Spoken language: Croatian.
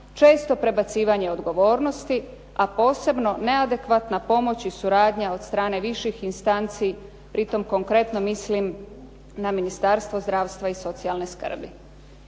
često prebacivanje odgovornosti, a posebno neadekvatna pomoć i suradnja od strane viših instanci. Pri tom konkretno mislim na Ministarstvo zdravstva i socijalne skrbi.